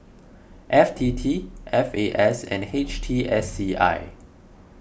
F T T F A S and H T S C I